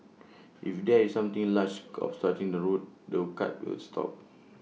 if there is something large obstructing the route the cart will stop